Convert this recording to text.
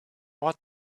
what